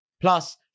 Plus